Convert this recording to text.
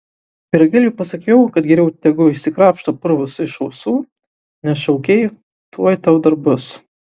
pyragėliui pasakiau kad geriau tegu išsikrapšto purvus iš ausų nes šaukei tuoj tau dar bus